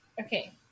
Okay